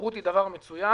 תחרות היא דבר מצוין,